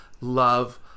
love